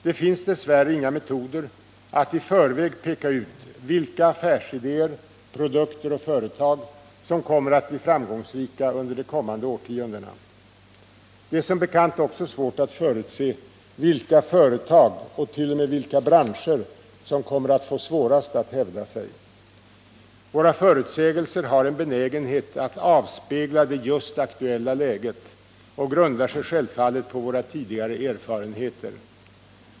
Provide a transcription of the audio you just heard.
Det finns dess värre inga metoder att i förväg peka ut vilka affärsidéer, produkter och företag som kommer att bli framgångsrika under de kommande årtiondena. Det är som bekant också svårt att förutse vilka företag och t.o.m. branscher som kommer att få svårast att hävda sig. Våra förutsägelser har en benägenhet att avspegla det just aktuella läget, och grundar sig självfallet på våra tidigare erfarenheter.